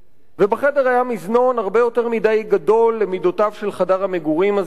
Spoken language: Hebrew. ובחדר היה מזנון הרבה יותר מדי גדול למידותיו של חדר המגורים הזה,